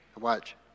Watch